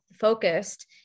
focused